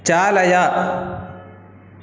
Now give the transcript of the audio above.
चालय